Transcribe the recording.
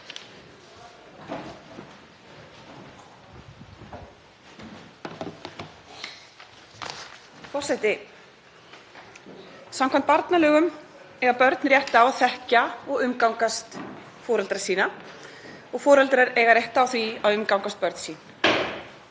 Forseti. Samkvæmt barnalögum eiga börn rétt á að þekkja og umgangast foreldra sína og foreldrar eiga rétt á því að umgangast börn sín.